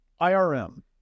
IRM